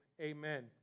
Amen